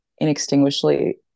inextinguishably